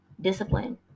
Discipline